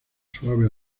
suave